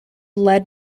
lead